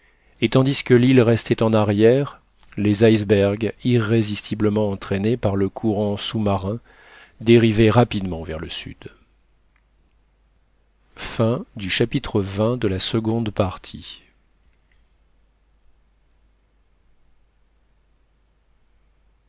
et tandis que l'île restait en arrière les icebergs irrésistiblement entraînés par le courant sous-marin dérivaient rapidement vers le sud